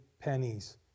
pennies